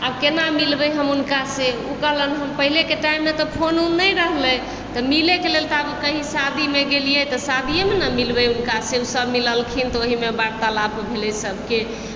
आब कोना मिलबै हम हुनकासँ हुनका लग पहिनेके टाइममे तऽ फोन उन नहि रहै तऽ मिलैके लेल तऽ आब कहीं शादीमे गेलिए तऽ शादियेमे ने मिलबै हुनकासँ सब मिललखिन तऽ ओहिमे वार्तालाप भेलै सबके